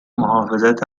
محافظت